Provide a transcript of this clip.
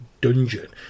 dungeon